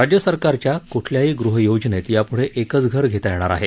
राज्य सरकारच्या कठल्याही गृह योजनेत यापृढे एकच घर घेता येणार आहे